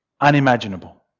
unimaginable